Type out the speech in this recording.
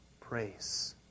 praise